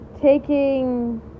taking